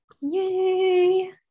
Yay